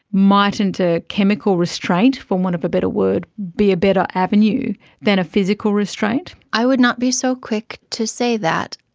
mightn't a chemical restraint, for want of a better word, be a better avenue than a physical restraint? i would not be so quick to say that.